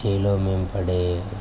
చేలలో మేము పడే